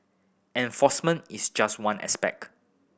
enforcement is just one aspect